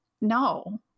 No